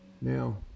Now